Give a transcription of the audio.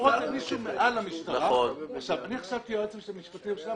אני חשבתי על היועץ המשפטי לממשלה שיהיה מעל המשטרה,